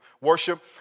worship